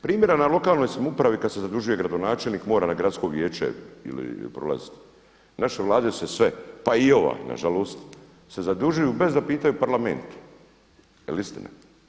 Primjera na lokalnoj samoupravi kada se zadužuje gradonačelnik mora na gradsko vijeće ili … naše Vlade su se sve, pa i ova nažalost, se zadužuju bez da pitaju parlament je li istina?